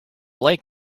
lake